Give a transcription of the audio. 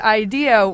idea